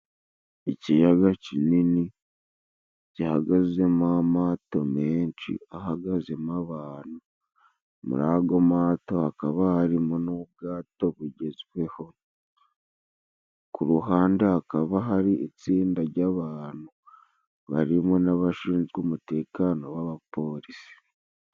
Ikiyaga kinini gihagazemo amato menshi ahagaze mo abantu, muri ago mato hakaba harimo n'ubwato bugezweho, ku ruhande hakaba hari itsinda ry'abantu barimo n'abashinzwe umutekano w'abapolisi.